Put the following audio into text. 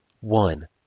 one